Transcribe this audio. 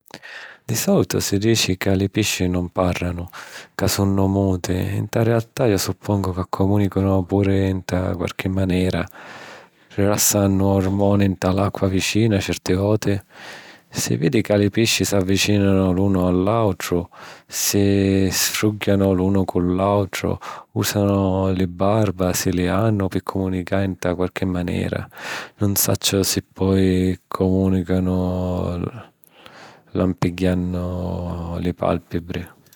Di sòlitu si dici ca li pisci non pàrranu, ca sunnu muti, nta rialtà jo suppongu ca cumùnicanu puru nta qualchi manera, rilassannu ormoni nta l'acqua vicina certi voti. Si vidi ca li pisci s'avvicìnanu l'unu all'àutru, si sfrugghianu l'unu cu l'àutru, ùsanu li barba si li hannu pi cumunicari nta qualchi manera. Nun sacciu si poi cumùnicanu lampiggiannu li pàlpebri.